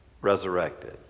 resurrected